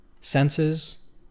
senses